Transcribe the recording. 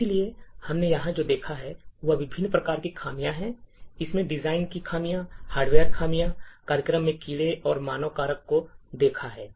इसलिए हमने यहां जो देखा है वह विभिन्न प्रकार की खामियां हैं हमने डिजाइन की खामियों हार्डवेयर खामियों कार्यक्रम में कीड़े और मानव कारक को देखा है